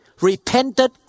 repented